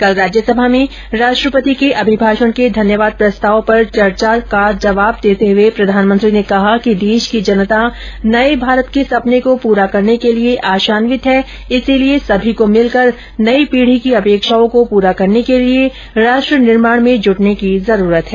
कल राज्यसभा में राष्ट्रपति के अभिभाषण के धन्यवाद प्रस्ताव पर चर्चा का जवाब देते हुए प्रधानमंत्री ने कहा कि देश की जनता नये भारत के सपने को पूरा करने के लिए आशान्वित है इसीलिए सभी को मिलकर नई पीढी की अपेक्षाओं को पूरा करने के लिए राष्ट्र निर्माण में जुटने की जरूरत है